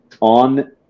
on